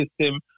system